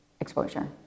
exposure